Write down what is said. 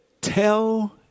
tell